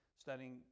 studying